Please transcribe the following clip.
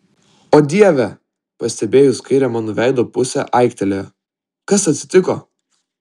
o dieve pastebėjus kairę mano veido pusę aiktelėjo kas atsitiko